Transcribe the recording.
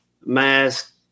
Mask